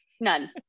None